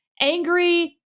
angry